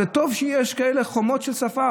וטוב שיש כאלה חומות של שפה.